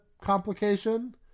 complication